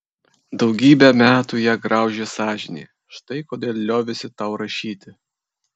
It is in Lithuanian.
daugybę metų ją graužė sąžinė štai kodėl liovėsi tau rašyti